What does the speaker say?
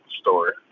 story